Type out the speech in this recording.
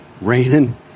raining